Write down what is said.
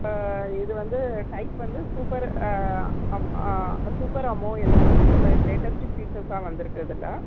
இது வந்து டைப் வந்து சூப்பர் அப் சூப்பர் அமோ எல்இடி இப்போ லேட்டஸ்ட்டு ஃப்யூச்சர்ஸாக வந்திருக்கு இதில்